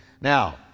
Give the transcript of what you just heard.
Now